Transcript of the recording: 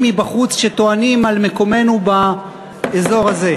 מבחוץ שטוענים על מקומנו באזור הזה.